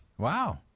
Wow